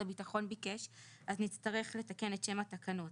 הביטחון ביקש אז נצטרך לתקן את שם התקנות.